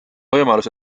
võimalus